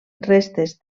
restes